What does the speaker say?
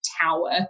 tower